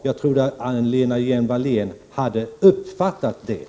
Jag trodde att Lena Hjelm-Wallén hade uppfattat denna.